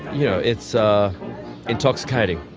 yeah it's ah intoxicating